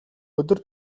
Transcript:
өдөр